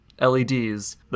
LEDs